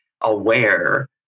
aware